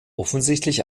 offensichtlich